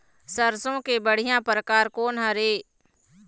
सरसों के बढ़िया परकार कोन हर ये?